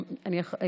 מחשבים.